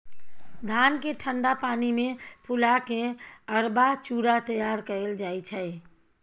धान केँ ठंढा पानि मे फुला केँ अरबा चुड़ा तैयार कएल जाइ छै